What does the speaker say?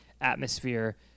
atmosphere